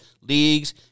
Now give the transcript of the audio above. leagues